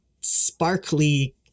sparkly